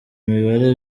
mibare